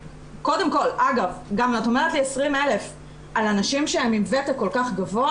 את אומרת לי 20,000 על אנשים שהם עם ותק כל כך גבוה.